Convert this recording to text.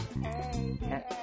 Hey